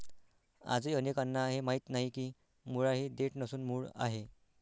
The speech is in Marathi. आजही अनेकांना हे माहीत नाही की मुळा ही देठ नसून मूळ आहे